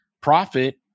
profit